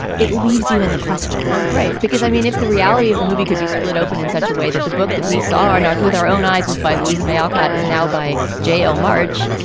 it leaves you in the question right. because, i mean, if the reality of the movie could be split open in such a way that the book that we saw or not with our own eyes was by louisa may alcott is now by j l. march,